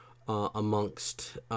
Amongst